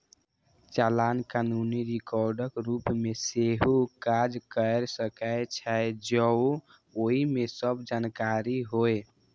चालान कानूनी रिकॉर्डक रूप मे सेहो काज कैर सकै छै, जौं ओइ मे सब जानकारी होय